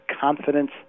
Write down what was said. confidence